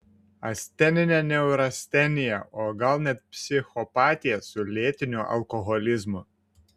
asteninė neurastenija o gal net psichopatija su lėtiniu alkoholizmu